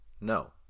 No